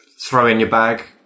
throw-in-your-bag